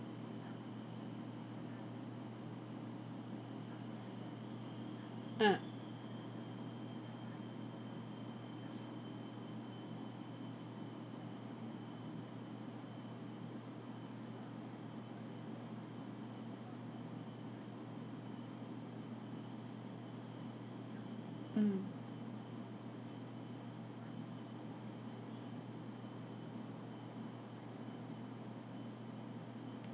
uh mmhmm